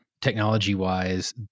technology-wise